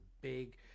big